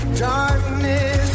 darkness